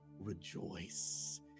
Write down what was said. rejoice